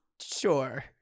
Sure